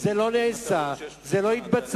זה לא נעשה, זה לא התבצע.